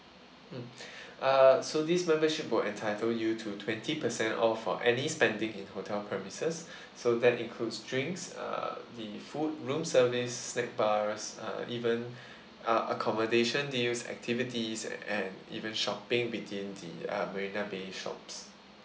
hmm uh so this membership would entitle you to twenty percent off for any spending in hotel premises so that includes drinks uh the food room service snack bars uh even uh accommodation deals activities and even shopping within the uh marina bay shops